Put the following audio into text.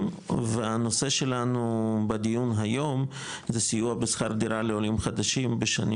והנושא שלנו בדיון היום זה סיוע בשכר דירה לעולים חדשים בשנים